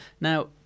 Now